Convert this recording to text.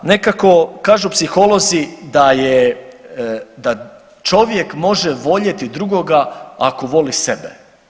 Nekako kažu psiholozi da je, da čovjek može voljeti drugoga ako voli sebe.